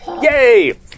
Yay